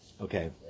Okay